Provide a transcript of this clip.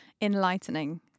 enlightening